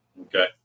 Okay